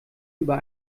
über